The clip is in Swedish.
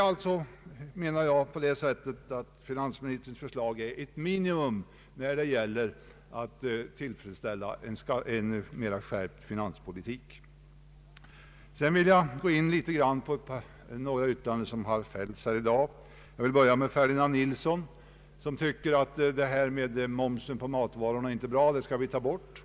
Jag menar alltså att finansministerns förslag är ett minimum när det gäller att föra en mera skärpt finanspolitik. Jag vill sedan gå in litet grand på några yttranden som fällts i dag. Jag vill börja med herr Ferdinand Nilsson som tycker att det inte är bra med att ta ut moms på matvaror och som föreslår att denna moms skall tas bort.